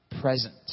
present